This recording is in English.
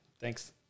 Thanks